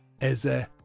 Eze